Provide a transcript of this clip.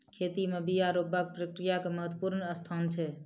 खेती में बिया रोपबाक प्रक्रिया के महत्वपूर्ण स्थान छै